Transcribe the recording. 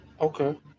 Okay